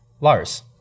Lars